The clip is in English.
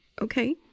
okay